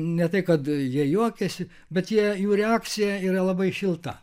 ne tai kad jie juokiasi bet jie jų reakcija yra labai šilta